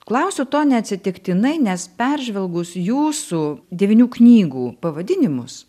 klausiu to neatsitiktinai nes peržvelgus jūsų devynių knygų pavadinimus